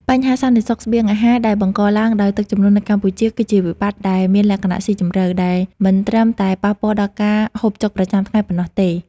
បញ្ហាសន្តិសុខស្បៀងអាហារដែលបង្កឡើងដោយទឹកជំនន់នៅកម្ពុជា គឺជាវិបត្តិដែលមានលក្ខណៈស៊ីជម្រៅ ដែលមិនត្រឹមតែប៉ះពាល់ដល់ការហូបចុកប្រចាំថ្ងៃប៉ុណ្ណោះទេ។